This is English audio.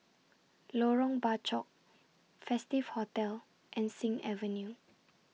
Lorong Bachok Festive Hotel and Sing Avenue